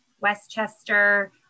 Westchester